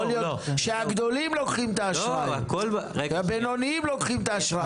יכול להיות שהגדולים והבינוניים לוקחים את האשראי.